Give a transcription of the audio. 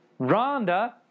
Rhonda